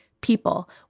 people